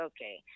Okay